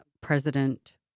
President